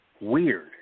weird